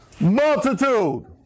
Multitude